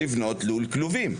לבנות לול כלובים.